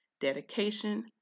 dedication